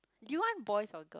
do you want boys or girl